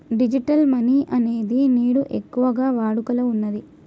digital money అనేది నేడు ఎక్కువగా వాడుకలో ఉన్నది